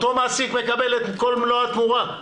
אותו מעסיק מקבל את כל מלוא התמורה,